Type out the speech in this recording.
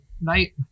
night